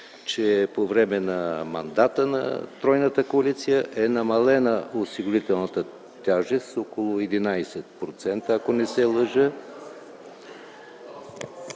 че по време на мандата на тройната коалиция е намалена осигурителната тежест с около 11%, ако не се лъжа.